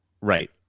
Right